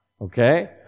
okay